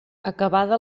acabada